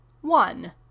One